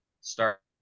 start